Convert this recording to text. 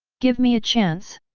give me a chance!